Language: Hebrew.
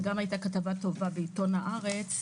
וגם היתה כתבה טובה בעיתון הארץ,